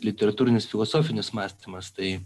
literatūrinis filosofinis mąstymas tai